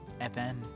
FM